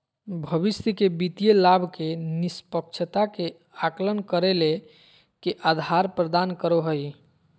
भविष्य के वित्तीय लाभ के निष्पक्षता के आकलन करे ले के आधार प्रदान करो हइ?